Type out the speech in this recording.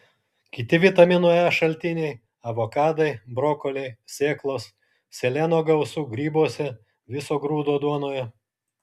kiti vitamino e šaltiniai avokadai brokoliai sėklos seleno gausu grybuose viso grūdo duonoje